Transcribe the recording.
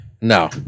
No